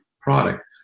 product